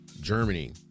germany